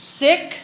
sick